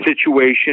situation